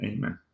Amen